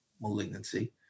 malignancy